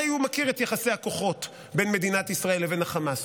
הרי הוא מכיר את יחסי הכוחות בין מדינת ישראל לבין חמאס.